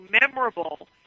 memorable